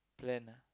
plan ah